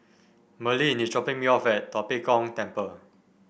Merlyn is dropping me off at Tua Pek Kong Temple